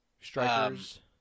Strikers